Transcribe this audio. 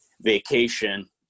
vacation